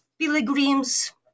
pilgrims